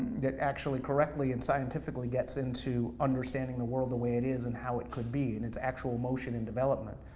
that actually correctly and scientifically gets into understanding the world the way it is and how it could be, in its actual motion and development.